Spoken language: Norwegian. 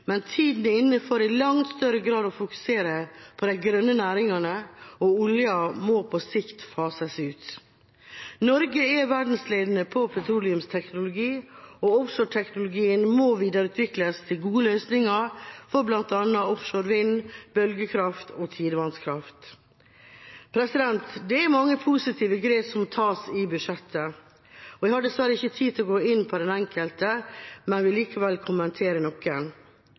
men tida er inne for i langt større grad å fokusere på de grønne næringene, og olja må på sikt fases ut. Norge er verdensledende på petroleumsteknologi, og også teknologien må videreutvikles til gode løsninger for bl.a. offshore vind, bølgekraft og tidevannskraft. Det er mange positive grep som tas i budsjettet, og jeg har dessverre ikke tid til å gå inn på de enkelte, men vil likevel kommentere